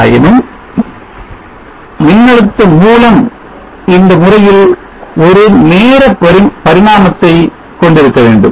ஆயினும் மின்னழுத்த மூலம் இந்த முறையில் ஒரு நேர பரிணாமத்தை கொண்டிருக்க வேண்டும்